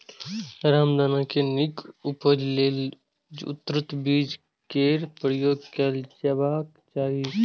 रामदाना के नीक उपज लेल उन्नत बीज केर प्रयोग कैल जेबाक चाही